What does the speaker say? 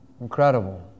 Incredible